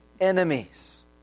enemies